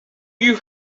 you